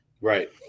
right